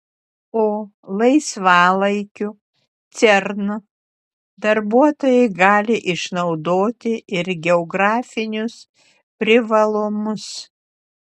o laisvalaikiu cern darbuotojai gali išnaudoti ir geografinius privalumus